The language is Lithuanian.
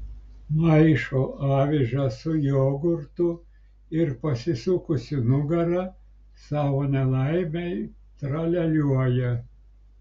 maišo avižas su jogurtu ir pasisukusi nugara savo nelaimei tralialiuoja